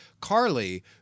Carly